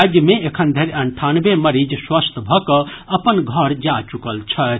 राज्य मे एखनधरि अंठानवे मरीज स्वस्थ भऽ कऽ अपन घर जा चुकल छथि